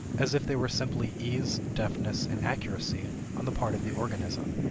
as if they were simply ease, deftness, and accuracy on the part of the organism.